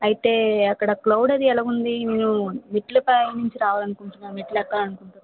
అయితే అక్కడ క్లౌడ్ అది ఎలాగుంది మేము మెట్లు పై నుంచి రావాలనుకుంటున్నాం మెట్లెక్కాలనుకుంటున్నాను